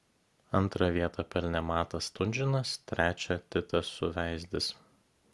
antrą vietą pelnė matas stunžinas trečią titas suveizdis